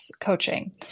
coaching